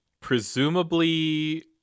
presumably